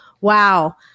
Wow